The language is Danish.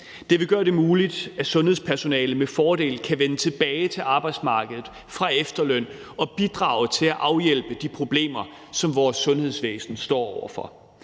Det vil gøre det muligt, at sundhedspersonale med fordel kan vende tilbage til arbejdsmarkedet fra efterløn og bidrage til at afhjælpe de problemer, som vores sundhedsvæsen står over for.